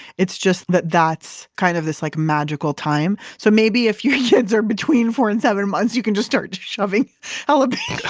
it's just that that's kind of this like magical time. so maybe if your kids are between four and seven months you can just start shoving jalapenos